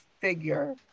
figure